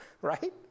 Right